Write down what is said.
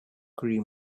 cream